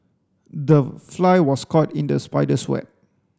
the fly was caught in the spider's web